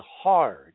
hard